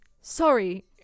Sorry